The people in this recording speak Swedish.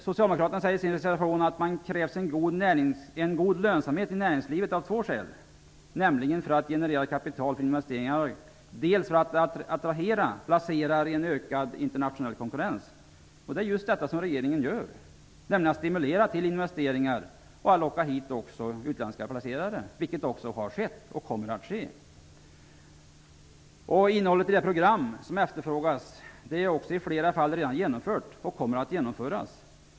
Socialdemokraterna säger i sin reservation att det krävs en god lönsamhet i näringslivet av två skäl, dels för att generera kapital till investeringar, dels för att attrahera placerare i en ökad internationell konkurrens. Det är just detta som regeringen gör. Regeringen stimulerar till investeringar för att locka hit utländska placerare. Det har skett, och kommer att ske. Innehållet i det program som efterfrågas är också i flera fall redan genomfört eller kommer att genomföras.